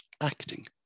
acting